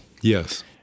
Yes